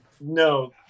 no